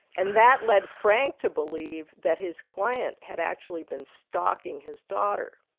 and that led frank to believe that his client had actually been stalking his daughter.